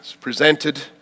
presented